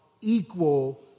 equal